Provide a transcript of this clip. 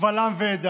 קבל עם ועדה: